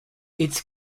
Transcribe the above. its